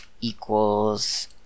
equals